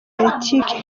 politike